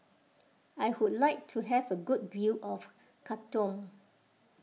I would like to have a good view of Khartoum